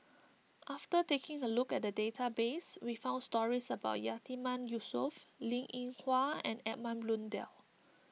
after taking a look at the database we found stories about Yatiman Yusof Linn in Hua and Edmund Blundell